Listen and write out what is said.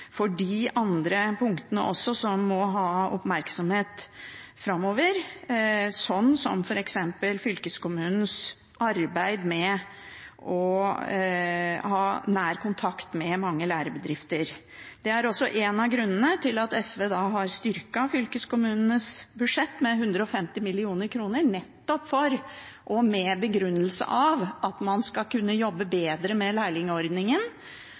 for de andre punktene, som også må få oppmerksomhet framover, som f.eks. fylkeskommunenes arbeid med å ha nær kontakt med mange lærebedrifter. Det er også en av grunnene til at SV har styrket fylkeskommunenes budsjett med 150 mill. kr, nettopp for – og med den begrunnelse – at man skal kunne jobbe bedre med lærlingordningen,